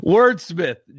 Wordsmith